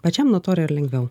pačiam nuo to yra lengviau